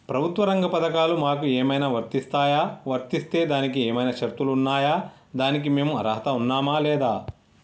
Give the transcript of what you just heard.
ప్రభుత్వ రంగ పథకాలు మాకు ఏమైనా వర్తిస్తాయా? వర్తిస్తే దానికి ఏమైనా షరతులు ఉన్నాయా? దానికి మేము అర్హత ఉన్నామా లేదా?